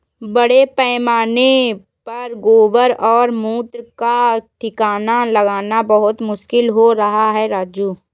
बड़े पैमाने पर गोबर और मूत्र का ठिकाना लगाना बहुत मुश्किल हो रहा है राजू